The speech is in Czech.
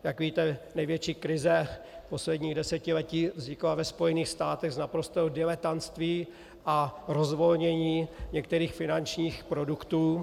Jak víte, největší krize posledních desetiletí vznikla ve Spojených státech z naprostého diletantství a rozvolnění některých finančních produktů.